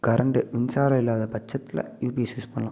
current மின்சாரம் இல்லாத பட்சத்தில் யூபிஎஸ் யூஸ் பண்ணலாம்